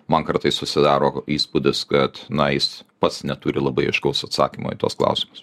man kartais susidaro įspūdis kad na jis pats neturi labai aiškaus atsakymo į tuos klausimus